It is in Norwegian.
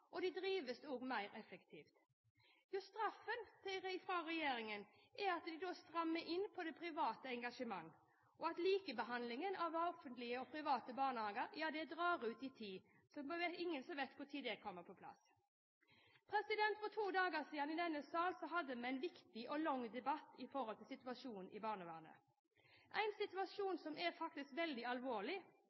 og de drives også mer effektivt. Straffen fra regjeringen er at de strammer inn på det private engasjementet, og at likebehandlingen av offentlige og private barnehager drar ut i tid. Så det er ingen som vet når det kommer på plass. For to dager siden hadde vi i denne sal en viktig og lang debatt om situasjonen i barnevernet – en situasjon som faktisk er veldig alvorlig,